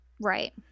Right